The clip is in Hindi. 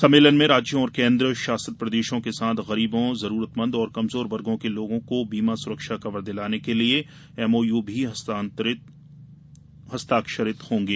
सम्मेलन में राज्यों और केन्द्र शासित प्रदेशों के साथ गरीबों जरूरतमंद और कमजोर वर्गों के लोगों को बीमा सुरक्षा कवर दिलाने के लिये एमओयू भी हस्ताक्षरित होंगे